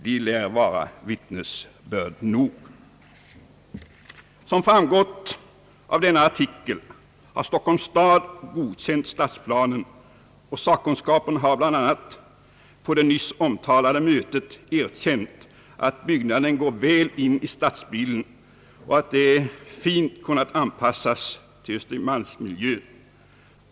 De lär vara vittnesbörd nog.» Som framgår av denna artikel har Stockholms stad godkänt stadsplanen, och sakkunskapen har, bl.a. på det nyss omtalade mötet, erkänt att byggnaden går väl in i stadsbilden och att den fint kunnat anpassas till Östermalms-miljön.